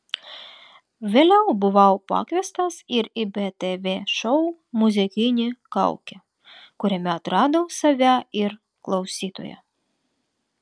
vėliau buvau pakviestas ir į btv šou muzikinė kaukė kuriame atradau save ir klausytoją